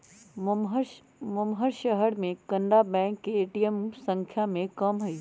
महम्मर शहर में कनारा बैंक के ए.टी.एम संख्या में कम हई